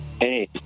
Hey